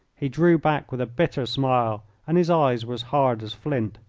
he drew back with a bitter smile and his eyes were as hard as flint.